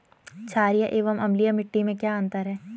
छारीय एवं अम्लीय मिट्टी में क्या अंतर है?